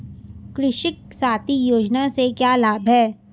कृषक साथी योजना के क्या लाभ हैं?